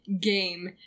game